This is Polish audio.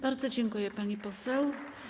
Bardzo dziękuję, pani poseł.